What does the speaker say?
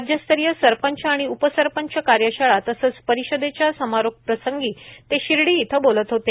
राज्यस्तरीय सरपंच आणि उपसरपंच कार्यशाळा तसंच परिषदेच्या समारोप प्रसंगी ते शिर्डी इथं बोलत होते